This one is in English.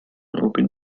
open